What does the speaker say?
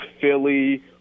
Philly